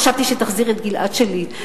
חשבתי שתחזיר את גלעד שליט,